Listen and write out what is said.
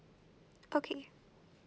okay